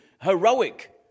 heroic